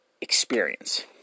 experience